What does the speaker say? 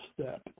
step